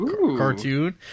cartoon